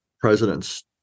presidents